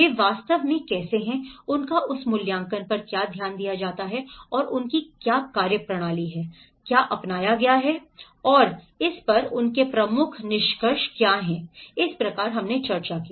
वे वास्तव में कैसे हैं उनका उस मूल्यांकन पर क्या ध्यान है और उनकी क्या कार्यप्रणाली है अपनाया गया और इस पर उनके प्रमुख निष्कर्ष क्या हैं इस प्रकार हमने चर्चा की